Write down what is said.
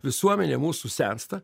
visuomenė mūsų sensta